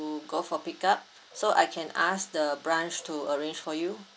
go for pick up so I can ask the branch to arrange for you